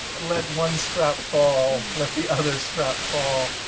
let one strap fall, let the other strap fall,